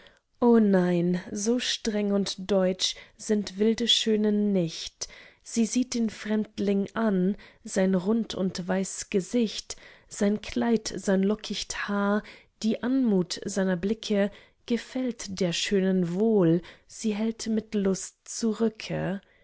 o nein so streng und deutsch sind wilde schönen nicht sie sieht den fremdling an sein rund und weiß gesicht sein kleid sein lockicht haar die anmut seiner blicke gefällt der schönen wohl hält sie mit lust zurücke